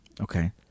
Okay